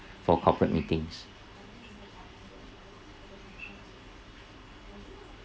for corporate meetings